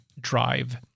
drive